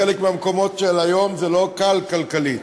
לחלק מהמקומות של היום זה לא קל כלכלית.